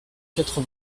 quatre